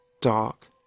dark